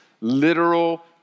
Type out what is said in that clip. literal